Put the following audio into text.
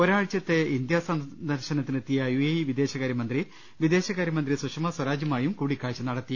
ഒഴാഴ്ചത്തെ India സന്ദർശനത്തിനെത്തിയ U A E വിദേശകാ ര്യമന്ത്രി വിദേശകാര്യ മന്ത്രി സുഷമ സ്വരാജ്മായും കൂടിക്കാഴ്ച നടത്തി